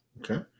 Okay